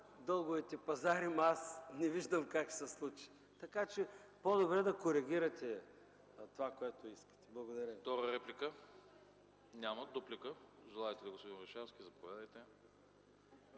дълговите пазари, но аз не виждам как ще се случи. Така че по-добре да коригирате това, което искате. Благодаря